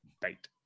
Bait